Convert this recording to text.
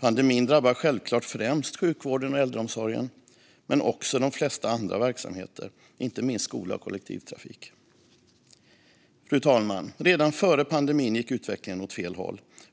Pandemin drabbar självklart främst sjukvården och äldreomsorgen men också de flesta andra verksamheter, inte minst skola och kollektivtrafik. Fru talman! Redan före pandemin gick utvecklingen åt fel håll.